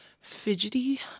fidgety